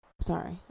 Sorry